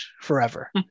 forever